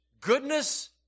goodness